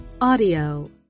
audio